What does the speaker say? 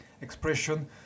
expression